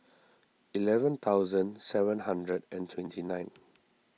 eleven thousand seven hundred and twenty nine